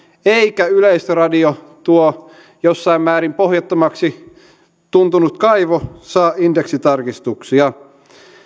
eikä yleisradio tuo jossain määrin pohjattomalta tuntunut kaivo saa indeksitarkistuksia